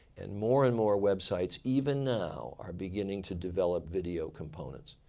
and more and more websites even now are beginning to develop video components.